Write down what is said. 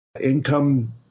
income